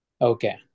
Okay